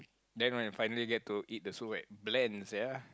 then right finally get to eat the soup right bland sia